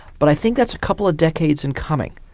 but i think that's a couple of decades in coming.